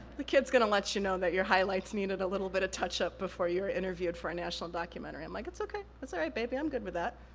the kid's gonna let you know that your highlights needed a little bit of touch up before you were interviewed for a national documentary. i'm like, it's okay, that's all right, baby, i'm good with that.